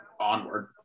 Onward